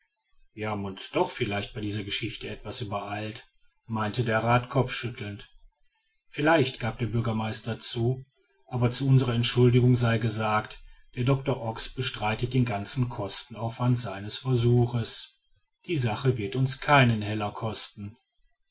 wir haben uns doch vielleicht bei dieser geschichte etwas übereilt meinte der rath kopfschüttelnd vielleicht gab der bürgermeister zu aber zu unserer entschuldigung sei es gesagt der doctor ox bestreitet den ganzen kostenaufwand seines versuchs die sache wird uns keinen heller kosten